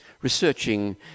researching